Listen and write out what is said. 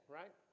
right